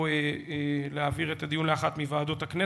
או להעביר את הדיון לאחת מוועדות הכנסת.